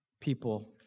people